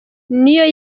niyo